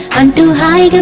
and to high